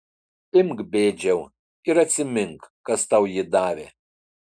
imk bėdžiau ir atsimink kas tau jį davė